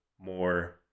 more